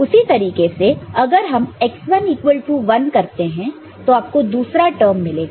उसी तरीके से अगर हम x1 इक्वल टू 1 करते हैं तो आपको दूसरा टर्म मिलेगा